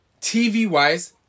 TV-wise